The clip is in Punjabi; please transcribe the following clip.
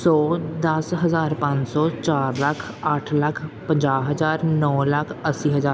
ਸੌ ਦਸ ਹਜ਼ਾਰ ਪੰਜ ਸੌ ਚਾਰ ਲੱਖ ਅੱਠ ਲੱਖ ਪੰਜਾਹ ਹਜ਼ਾਰ ਨੌ ਲੱਖ ਅੱਸੀ ਹਜ਼ਾਰ